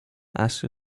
asked